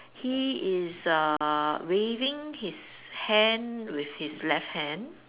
he is ah waving his hand with his left hand